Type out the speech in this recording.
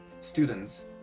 students